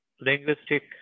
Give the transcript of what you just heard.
linguistic